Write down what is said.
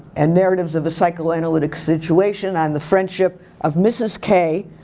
and narratives of a psychoanalytic situation and the friendship of mrs. k,